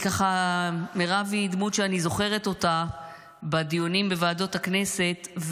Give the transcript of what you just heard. מירב היא דמות שאני זוכרת מדיונים בוועדות הכנסת,